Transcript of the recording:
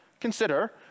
consider—